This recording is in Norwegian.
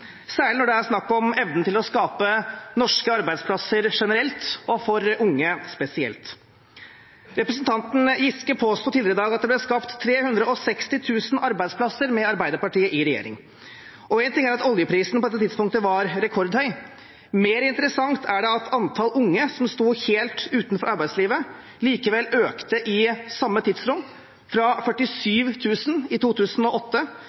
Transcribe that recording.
særlig når det er snakk om evnen til å skape norske arbeidsplasser generelt og for unge spesielt. Representanten Giske påsto tidligere i dag at det ble skapt 360 000 arbeidsplasser med Arbeiderpartiet i regjering. En ting er at oljeprisen på det tidspunktet var rekordhøy, mer interessant er det at antall unge som sto helt utenfor arbeidslivet, likevel økte i samme tidsrom – fra 47 000 i 2008